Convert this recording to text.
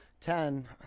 ten